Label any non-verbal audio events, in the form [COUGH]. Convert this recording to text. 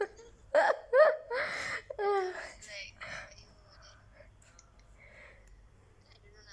[LAUGHS]